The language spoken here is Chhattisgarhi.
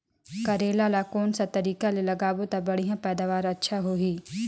करेला ला कोन सा तरीका ले लगाबो ता बढ़िया पैदावार अच्छा होही?